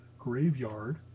graveyard